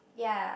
ya